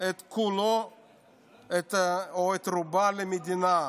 את כולה או את רובה למדינה,